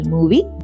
Movie